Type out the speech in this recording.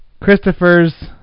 Christopher's